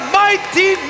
mighty